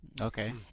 Okay